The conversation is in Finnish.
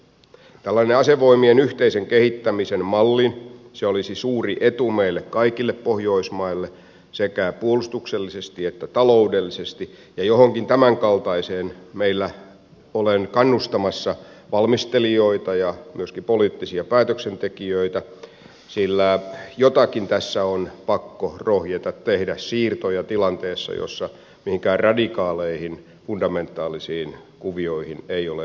tällainen asevoimien yhteisen kehittämisen malli olisi suuri etu meille kaikille pohjoismaille sekä puolustuksellisesti että taloudellisesti ja johonkin tämän kaltaiseen meillä olen kannustamassa valmistelijoita ja myöskin poliittisia päätöksentekijöitä sillä joitakin siirtoja tässä on pakko rohjeta tehdä tilanteessa jossa mihinkään radikaaleihin fundamentaalisiin kuvioihin ei ole mahdollisuuksia